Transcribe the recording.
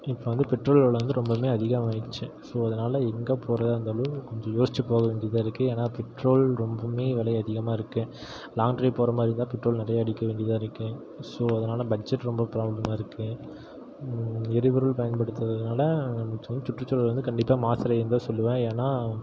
இப்போ வந்து பெட்ரோல் வில வந்து ரொம்பவுமே அதிகமாயிடுச்சு ஸோ அதனால் எங்கே போகறதா இருந்தாலும் கொஞ்சம் யோச்சு போக வேண்டியதாக இருக்கு ஏன்னா பெட்ரோல் ரொம்பவுமே விலை அதிகமாக இருக்கு லாங் ட்ரைவ் போகற மாதிரி இருந்தால் பெட்ரோல் நிறையா அடிக்க வேண்டியதாக இருக்கு ஸோ அதனால் பட்ஜெட் ரொம்ப ப்ராப்ளமாக இருக்கு எரிபொருள் பயன்படுத்துறதுனால சுற்றுசூழல் வந்து கண்டிப்பாக மாசடையுதுன்னு தான் சொல்லுவேன் ஏன்னா